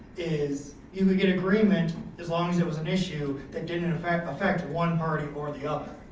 is you would get agreement as long as it was an issue that didn't affect affect one party or the other.